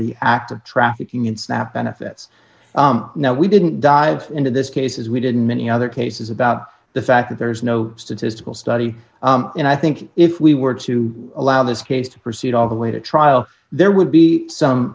the act of trafficking in snap benefits now we didn't dive into this case as we didn't many other cases about the fact that there is no statistical study and i think if we were to allow this case to proceed all the way to trial there would be some